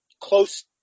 close